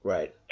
Right